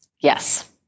Yes